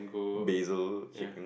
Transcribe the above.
basil chicken